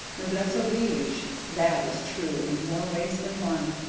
noblesse oblige that is true in more ways than one!